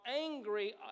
angry